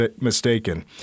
mistaken